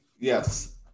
Yes